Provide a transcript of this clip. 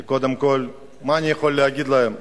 כי קודם כול, מה אני יכול להגיד להם?